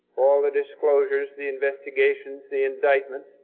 all the disclosures, the investigations, the indictments.